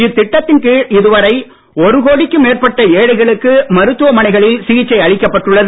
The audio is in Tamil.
இத்திட்டத்தின் கீழ் இதுவரை ஒரு கோடிக்கும் மேற்பட்ட ஏழைகளுக்கு மருத்துவமனைகளில் சிகிச்சை அளிக்கப்ட்டுள்ளது